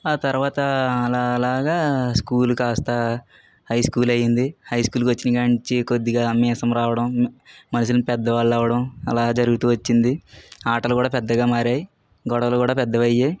ఆ తరువాత అలా అలాగా స్కూలు కాస్తా హై స్కూల్ అయ్యింది హైస్కూల్కి వచ్చిన కాడనుంచి కొద్దిగా మీసం రావడం మనుషులు పెద్ద వాళ్ళు అవ్వడం అలా జరుగుతూ వచ్చింది ఆటలు కూడా పెద్దగా మారాయి గొడవలు కూడా పెద్దవయ్యాయి